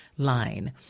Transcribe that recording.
line